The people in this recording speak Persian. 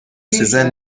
سیزن